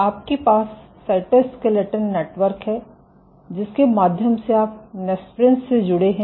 आपके पास cytoskeleton network है जिसके माध्यम से आप नेस्प्रेन्स से जुड़े हुये हैं